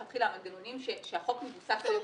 מלכתחילה על מנגנונים שהחוק מבוסס עליהם,